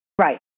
right